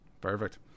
perfect